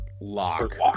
lock